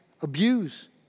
abuse